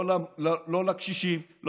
לא לקשישים.